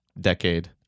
decade